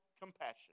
compassion